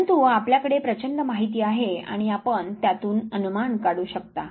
परंतु आपल्याकडे प्रचंड माहिती आहे आणि आपण त्यातून अनुमान काढू शकता